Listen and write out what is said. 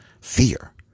fear